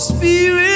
Spirit